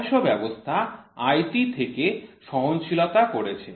ISO ব্যবস্থা IT থেকে সহনশীলতা করেছে